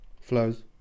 Flows